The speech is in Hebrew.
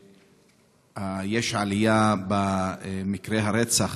ויש עלייה במספר מקרי הרצח